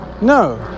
No